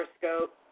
Periscope